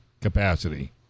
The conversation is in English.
capacity